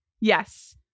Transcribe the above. Yes